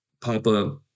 Papa